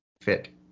fit